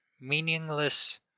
meaningless